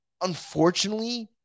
Unfortunately